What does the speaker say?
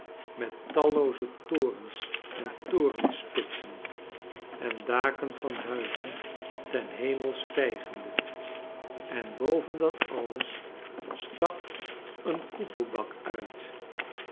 met tallooze torens en torenspitsen en daken van huizen ten hemel stijgende en boven dat alles stak een koepeldak uit